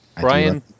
Brian